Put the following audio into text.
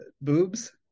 boobs